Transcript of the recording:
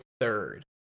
third